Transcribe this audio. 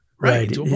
Right